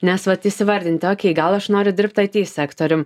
nes vat įsivardinti okei gal aš noriu dirbti ai ti sektorium